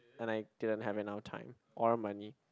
and I didn't have enough time or money